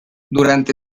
durante